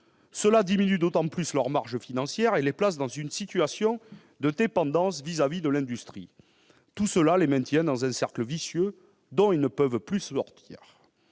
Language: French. Cela diminue d'autant plus leurs marges financières et les place dans une situation de dépendance à l'égard de l'industrie. Tout cela les maintient dans un cercle vicieux dont ils ne peuvent plus sortir.